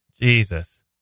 Jesus